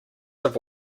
have